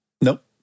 Nope